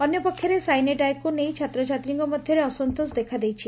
ଅନ୍ୟପକ୍ଷରେ ସାଇନ୍ ଏ ଡାଏକୁ ନେଇ ଛାତ୍ରଛାତ୍ରୀଙ ମଧରେ ଅସନ୍ତୋଷ ଦେଖାଦେଇଛି